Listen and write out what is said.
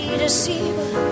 deceiver